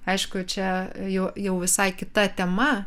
aišku čia jau jau visai kita tema